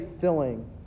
filling